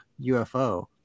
UFO